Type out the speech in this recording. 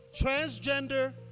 transgender